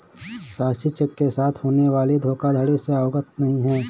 साक्षी cheque के साथ होने वाली धोखाधड़ी से अवगत नहीं है